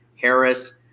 Harris